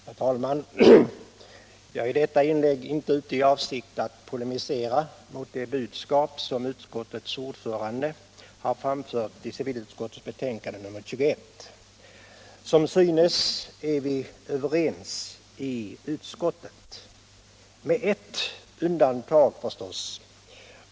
Herr talman! Jag är med detta inlägg inte ute i avsikt att polemisera mot det budskap som utskottets ordförande har framfört i civilutskottets betänkande nr 21. Som synes är vi överens i utskottet — med ett undantag, förstås.